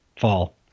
fall